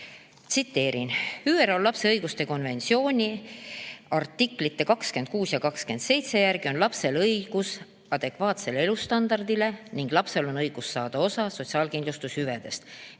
Tsiteerin: "ÜRO Lapse õiguste konventsiooni [...] artiklite 26 ja 27 järgi on lapsel õigus adekvaatsele elustandardile ning lapsel on õigus saada osa sotsiaalkindlustushüvedest,